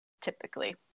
typically